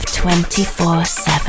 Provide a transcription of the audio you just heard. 24-7